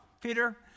Peter